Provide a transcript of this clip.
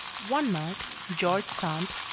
one night george sand,